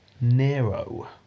Nero